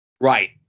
Right